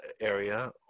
area